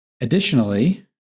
Additionally